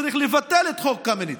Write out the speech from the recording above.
צריך לבטל את חוק קמיניץ,